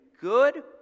good